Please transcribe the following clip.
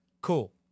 Cool